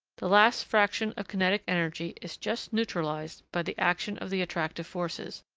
the last fraction of kinetic energy is just neutralised by the action of the attractive forces,